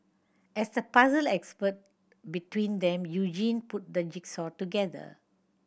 as the puzzle expert between them Eugene put the jigsaw together